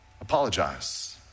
Apologize